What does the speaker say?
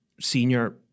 senior